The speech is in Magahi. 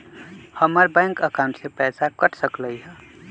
हमर बैंक अकाउंट से पैसा कट सकलइ ह?